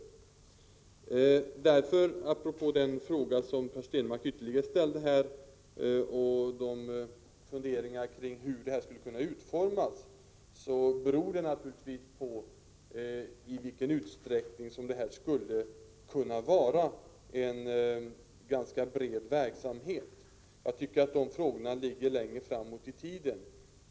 Apropå den fråga som Per Prot. 1985/86:61 Stenmarck ytterligare ställde och hans funderingar kring hur detta skulle 17 januari 1986 kunna utformas vill jag säga att det beror på i vilken utsträckning denna börshandel skulle kunna vara en ganska bred verksamhet. Jag tycker att dessa frågor ligger längre fram i tiden.